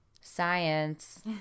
Science